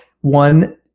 one